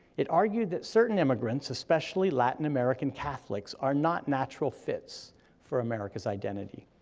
it argued that certain immigrants, especially latin american catholics, are not natural fits for america's identity.